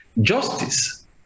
Justice